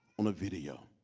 on the video.